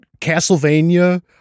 Castlevania